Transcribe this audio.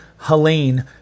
Helene